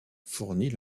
fournit